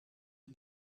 him